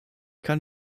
kann